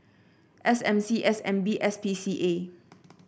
S M C S N B S P C A